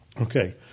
Okay